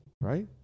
right